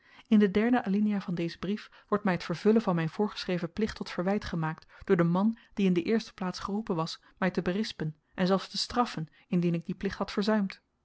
in de derde alinea van dezen brief wordt my t vervullen van myn voorgeschreven plicht tot verwyt gemaakt door den man die in de eerste plaats geroepen was my te berispen en zelfs te straffen indien ik dien plicht had verzuimd